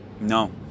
No